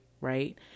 right